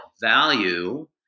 value